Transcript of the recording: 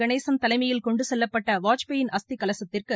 கணேசன் தலைமையில் கொண்டு செல்லப்பட்ட வாஜ்பாயின் அஸ்தி கலசத்திற்கு